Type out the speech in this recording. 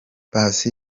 paccy